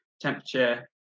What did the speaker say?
temperature